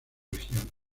regiones